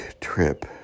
trip